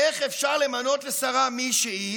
איך אפשר למנות לשרה מישהי